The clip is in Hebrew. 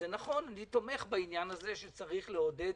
אני תומך בכך שיש לעודד